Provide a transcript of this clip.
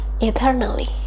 eternally